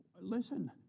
Listen